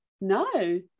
No